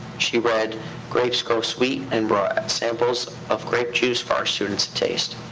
she read grapes grow sweet and brought samples of grape juice for our students to taste.